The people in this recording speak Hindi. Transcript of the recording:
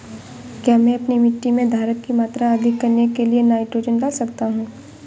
क्या मैं अपनी मिट्टी में धारण की मात्रा अधिक करने के लिए नाइट्रोजन डाल सकता हूँ?